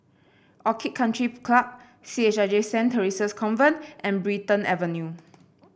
Orchid Country Club C H I J Saint Theresa's Convent and Brighton Avenue